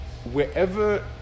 wherever